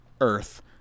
Earth